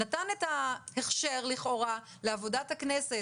נתן את ההכשר לכאורה לעבודת הכנסת,